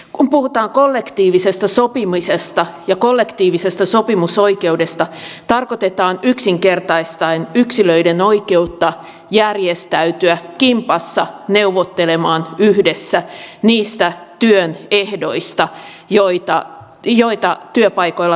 kun puhutaan kollektiivisesta sopimisesta ja kollektiivisesta sopimusoikeudesta tarkoitetaan yksinkertaistaen yksilöiden oikeutta järjestäytyä kimpassa neuvottelemaan yhdessä niistä työn ehdoista joita työpaikoilla noudatetaan